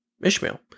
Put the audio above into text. Ishmael